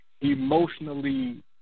emotionally